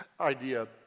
idea